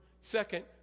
Second